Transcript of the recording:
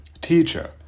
teacher